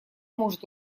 может